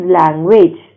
language